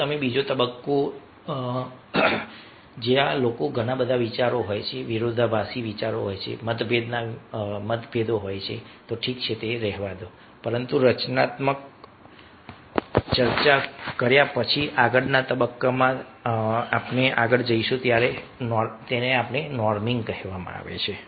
તો આ બીજો તબક્કો છે જ્યાં લોકોમાં ઘણા બધા વિચારો હોય છે વિરોધાભાસી વિચારો હોય છે મતભેદના મતભેદ હોય છે ઠીક છે તે રહેવા દો પરંતુ રચનાત્મક ચર્ચા પછી તેઓ આગળના તબક્કામાં આવશે અને તેને નોર્મિંગ કહેવામાં આવે છે